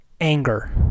anger